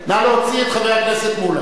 נא להוציא את חבר הכנסת מולה.